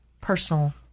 personal